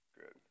Good